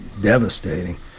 devastating